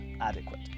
adequate